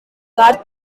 garth